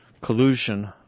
collusion